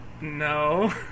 No